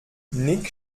nick